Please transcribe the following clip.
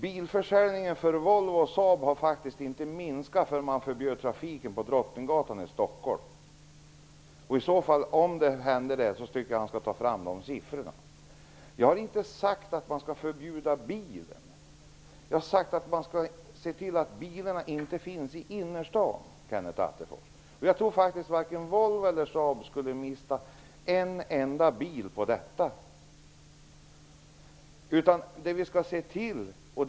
Bilförsäljningen för Volvo och Saab har inte minskat på grund av att biltrafiken har förbjudits på Drottninggatan i Stockholm. Men om det är så, vill jag att Kenneth Attefors tar fram de siffrorna. Jag har inte sagt att bilen skall förbjudas. Jag har sagt att bilarna inte skall få finnas i innerstäderna. Jag tror inte att vare sig Volvo eller Saab minskar sin produktion med en enda bil på grund av ett sådant förbud.